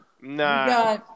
Nah